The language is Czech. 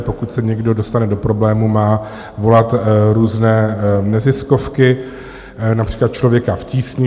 Pokud se někdo dostane do problémů, má volat různé neziskovky, například Člověka v tísni.